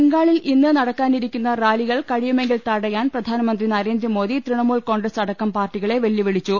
ബംഗാളിൽ ഇന്ന് നടത്താനിരിക്കുന്ന് റാലി കഴിയുമെങ്കിൽ തട യാൻ പ്രധാനമന്ത്രി നരേന്ദ്രമോദി തൃണമൂൽ കോൺഗ്രസ് അടക്കം പാർട്ടികളെ വെല്ലുവിളിച്ചു